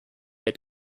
had